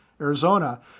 Arizona